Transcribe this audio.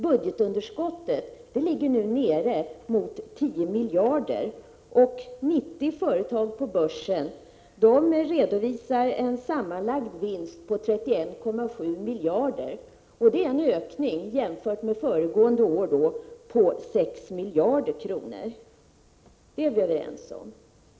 Budgetunderskottet ligger nu nere mot 10 miljarder, och 90 företag på börsen redovisar en sammanlagd vinst om 31,7 miljarder. Det är en ökning i förhållande till föregående år med 6 miljarder. Detta är vi överens om.